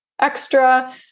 extra